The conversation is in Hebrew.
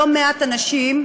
לא מעט אנשים,